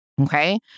Okay